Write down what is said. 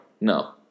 No